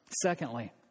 Secondly